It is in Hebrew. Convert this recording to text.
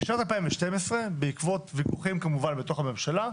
בשנת 2012, בעקבות ויכוחים כמובן בתוך הממשלה,